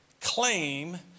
claim